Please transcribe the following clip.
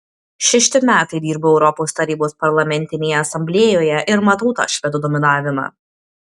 šešti metai dirbu europos tarybos parlamentinėje asamblėjoje ir matau tą švedų dominavimą